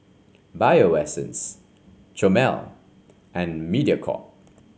Bio Essence Chomel and Mediacorp